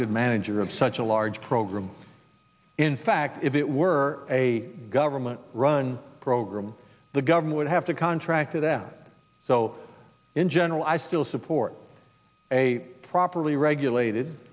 good manager of such a large program in fact if it were a government run program the government would have to contract to that so in general i still support a properly regulated